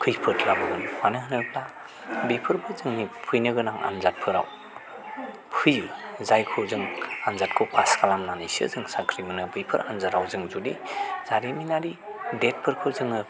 खैफोद लाबोगोन मानो होनोब्ला बेफोरबो जोंनि फैनो गोनां आनजादफोराव फैयो जायखौ जों आनजादखौ पास खालामनानैसो जों साख्रि मोनो बैफोर आनजादाव जों जुदि जारिमिनारि डेटफोरखौ जोङो